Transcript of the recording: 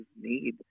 need